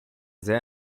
sehr